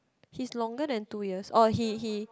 he's longer than two years orh he he